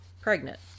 pregnant